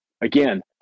Again